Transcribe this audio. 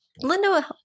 Linda